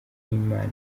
nk’imana